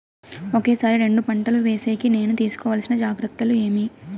ఒకే సారి రెండు పంటలు వేసేకి నేను తీసుకోవాల్సిన జాగ్రత్తలు ఏమి?